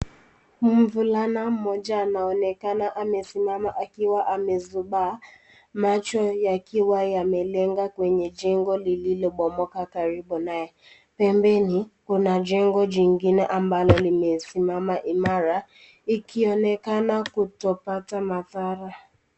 Mvulana mmoja anaonekana amesimama akiwa amezubaa, macho yakiwa yamelenga kwenye jengo lililobomoka karibu nae. Pembeni, kuna jengo jingine ambalo limesimama imara, ikionekana kutopata madhara.